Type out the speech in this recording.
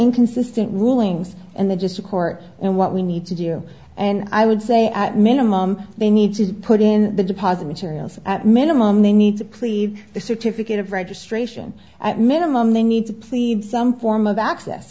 inconsistent rulings and the gist of court and what we need to do and i would say at minimum they need to put in the deposit materials at minimum they need to plead the certificate of registration at minimum they need to plead some form of access